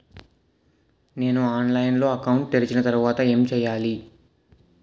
నేను ఆన్లైన్ లో అకౌంట్ తెరిచిన తర్వాత ఏం చేయాలి?